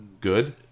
good